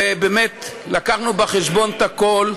ובאמת הבאנו בחשבון את הכול.